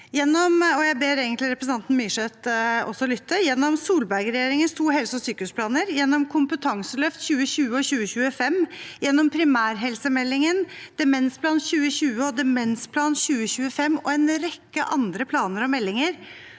Jeg ber representanten Myrseth også om å lytte. Gjennom Solberg-regjeringens to helse- og sykehusplaner, gjennom Kompetanseløft 2020 og Kompetanseløft 2025, primærhelsemeldingen, Demensplan 2020 og Demensplan 2025 og en rekke andre planer og meldinger